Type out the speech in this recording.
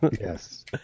yes